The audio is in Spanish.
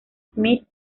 smith